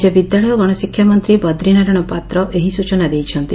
ରାଜ୍ୟ ବିଦ୍ୟାଳୟ ଓ ଗଣଶିକ୍ଷା ମନ୍ତୀ ବଦ୍ରିନାରାୟଣ ପାତ୍ର ଏହି ସ୍ଚନା ଦେଇଛନ୍ତି